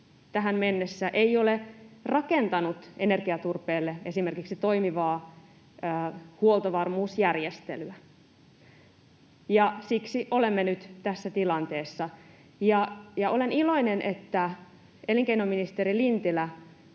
tähän mennessä ei ole rakentanut energiaturpeelle esimerkiksi toimivaa huoltovarmuusjärjestelyä, ja siksi olemme nyt tässä tilanteessa. Olen iloinen, että elinkeinoministeri Lintilä